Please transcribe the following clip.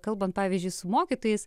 kalbant pavyzdžiui su mokytojais